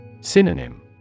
Synonym